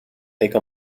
take